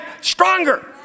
stronger